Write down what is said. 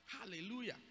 hallelujah